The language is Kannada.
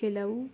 ಕೆಲವು